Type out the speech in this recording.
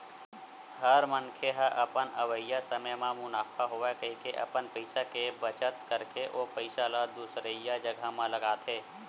हर मनखे ह अपन अवइया समे म मुनाफा होवय कहिके अपन पइसा के बचत करके ओ पइसा ल दुसरइया जघा म लगाथे